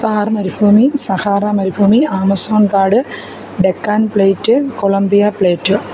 താര് മരുഭൂമി സഹാറ മരുഭൂമി ആമസോണ് കാട് ഡെക്കാൻ പ്ലേറ്റ് കൊളംബിയാ പ്ലേറ്റ്